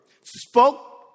spoke